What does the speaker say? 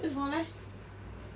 为什么 leh